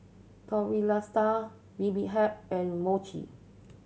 Bibimbap and Mochi